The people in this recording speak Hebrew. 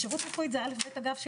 כשירות רפואית זה א'-ב' אגב,